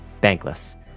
bankless